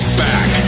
back